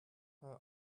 her